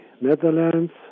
Netherlands